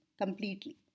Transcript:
completely